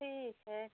ठीक है